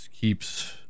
keeps